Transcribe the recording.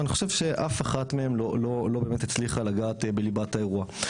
ואני חושב שאף אחת מהם לא באמת הצליחה לגעת בליבת האירוע.